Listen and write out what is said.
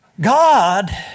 God